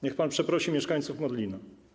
Niech pan przeprosi mieszkańców Modlina.